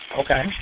Okay